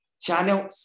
Channel